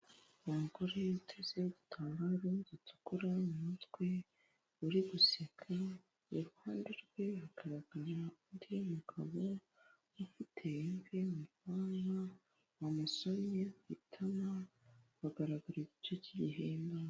Umugore uteze igitambaro gitukura mu mutwe uri guseka, iruhande rwe hagaragara undi mugabo ufite imvi mu bwanwa, wamusomye ku itama, agaragara igice cy'igihimba.